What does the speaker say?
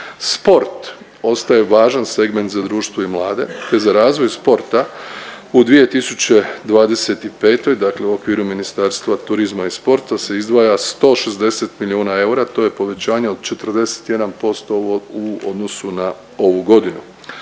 Sport ostaje važan segment za društvo i mlade, te za razvoj sporta u 2025., dakle u okviru Ministarstva turizma i sporta se izdvaja 160 milijuna eura, to je povećanje od 41% u odnosu na ovu godinu.